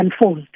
unfold